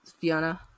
Fiona